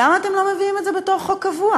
למה אתם לא מביאים את זה בתור חוק קבוע?